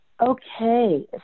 Okay